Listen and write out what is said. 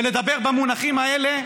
ולדבר במונחים האלה,